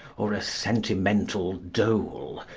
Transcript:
or a sentimental dole,